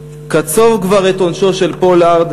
קצוב כבר את עונשו של פולארד,